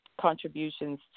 contributions